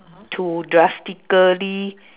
to drastically